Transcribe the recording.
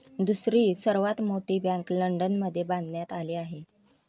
दुसरी सर्वात मोठी बँक लंडनमध्ये बांधण्यात आली आहे